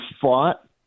fought